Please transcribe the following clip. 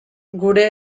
gure